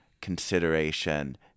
consideration